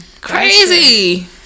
Crazy